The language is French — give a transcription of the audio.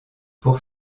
pour